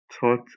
taught